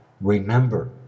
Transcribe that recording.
remember